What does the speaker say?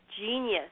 genius